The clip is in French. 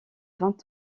vingt